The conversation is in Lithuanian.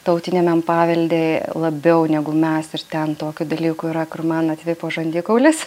tautiniamem pavelde labiau negu mes ir ten tokių dalykų yra kur man atvipo žandikaulis